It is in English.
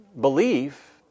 belief